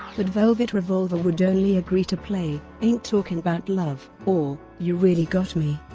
but velvet revolver would only agree to play ain't talkin' about love or you really got me.